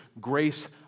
grace